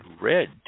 red